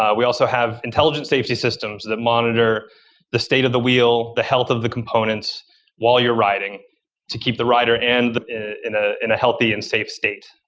ah we also have intelligent safety systems that monitor the state of the wheel, the health of the components while you're riding to keep the rider and in ah in a healthy and safe state.